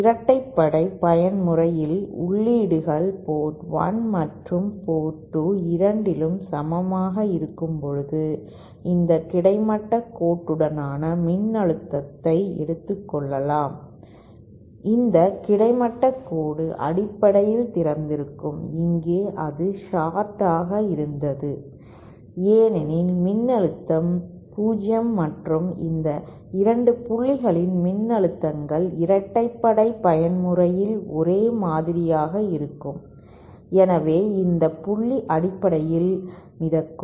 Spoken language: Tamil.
இரட்டைப்படை பயன்முறை இல் உள்ளீடுகள் போர்ட் 1 மற்றும் போர்ட் 2 இரண்டிலும் சமமாக இருக்கும்போது இந்த கிடைமட்ட கோடுடன் மின்னழுத்தத்தை எடுத்துக்கொள்ளலாம் இந்த கிடைமட்ட கோடு அடிப்படையில் திறந்திருக்கும் இங்கே அது ஷார்ட் ஆக இருந்தது ஏனெனில் மின்னழுத்தம் 0 மற்றும் இந்த 2 புள்ளிகளின் மின்னழுத்தங்கள் இரட்டைப்படை பயன்முறை இல் ஒரே மாதிரியாக இருக்கும் எனவே இந்த புள்ளி அடிப்படையில் மிதக்கும்